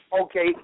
Okay